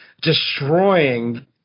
destroying